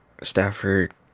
stafford